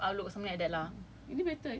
google meet or live outlook something like that lah